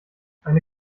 eine